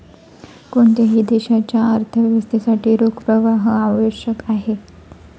कोणत्याही देशाच्या अर्थव्यवस्थेसाठी रोख प्रवाह आवश्यक आहे